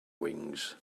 wings